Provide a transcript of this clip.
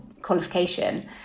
qualification